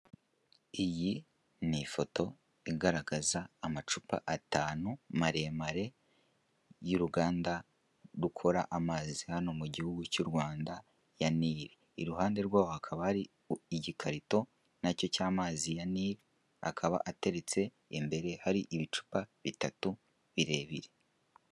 Iyi ni ifoto igaragaza amacupa atanu maremare y'uruganda rukora amazi hano mu gihugu cy'u Rwanda ya nile, iruhande rwaho hakaba hari igikarito na cyo cy'amazi ya nile, akaba ateretse imbere hari ibicupa bitatu birebire.